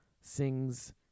sings